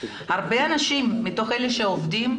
הרבה אנשים מאלה שעובדים,